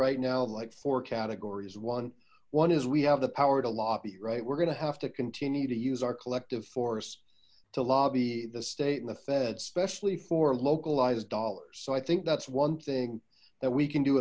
right now like four categories one one is we have the power to lobby right we're gonna have to continue to use our collective force to lobby the state and the feds especially for localized dollars so i think that's one thing that we can do